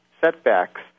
setbacks